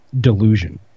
delusion